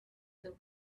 the